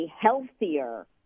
healthier